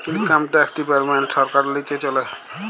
income tax department ছরকারের লিচে চলে